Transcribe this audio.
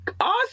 Awesome